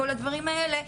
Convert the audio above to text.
כל הדברים האלה,